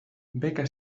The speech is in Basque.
beka